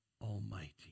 Almighty